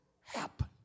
happen